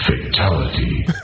Fatality